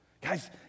guys